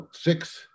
six